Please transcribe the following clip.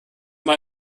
mal